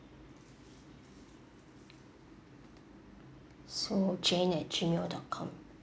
so jane at gmail dot com